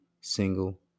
single